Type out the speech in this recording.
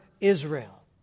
Israel